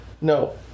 No